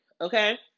Okay